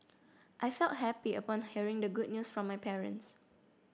I felt happy upon hearing the good news from my parents